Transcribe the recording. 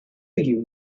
you